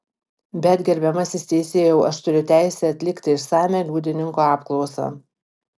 bet gerbiamasis teisėjau aš turiu teisę atlikti išsamią liudininko apklausą